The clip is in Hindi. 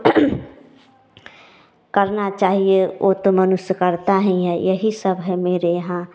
करना चाहिए वह तो मनुष्य करता हीं है यही सब है मेरे यहाँ